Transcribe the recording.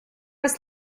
was